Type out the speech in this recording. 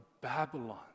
Babylon